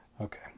Okay